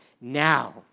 now